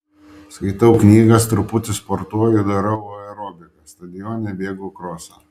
skaitau knygas truputį sportuoju darau aerobiką stadione bėgu krosą